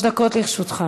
שלוש דקות לרשותך,